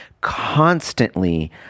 constantly